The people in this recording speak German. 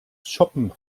shoppen